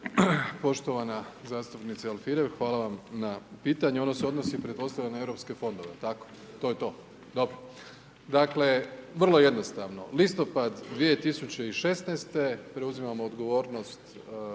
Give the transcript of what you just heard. Poštovana zastupnice Alfirev, hvala vam na pitanju, ono se odnosi pretpostavljam na europske fondove, jel tako? To je to, dobro. Dakle, vrlo jednostavno listopad 2016. preuzimamo odgovornost